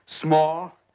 small